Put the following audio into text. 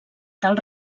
tal